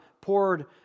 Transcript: poured